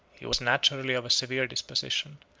he was naturally of a severe disposition.